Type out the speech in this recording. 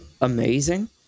amazing